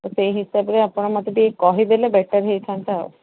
ତ ସେଇ ହିସାବରେ ଆପଣ ମୋତେ ଟିକେ କହିଦେଲେ ବେଟର ହୋଇଥାନ୍ତା ଆଉ